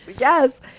Yes